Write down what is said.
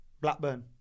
Blackburn